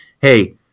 hey